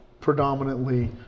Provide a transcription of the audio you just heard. predominantly